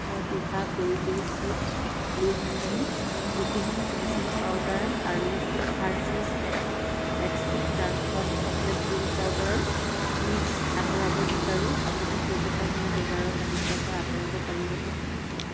মই Diva Peri Peri chips Blue Heaven ত্ৰুটিহীন finishing powder আৰু হাৰ্সীছ এক্ exotic dark hot chocolate drink powder mix আঁতৰাব বিচাৰো আপুনি সেইকেইটা মোৰ বজাৰৰ তালিকাৰ পৰা আঁতৰাব পাৰিবনে